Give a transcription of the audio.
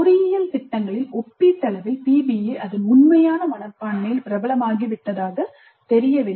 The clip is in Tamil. பொறியியல் திட்டங்களில் ஒப்பீட்டளவில் PBI அதன் உண்மையான மனப்பான்மையில் பிரபலமாகிவிட்டதாகத் தெரியவில்லை